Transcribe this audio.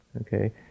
Okay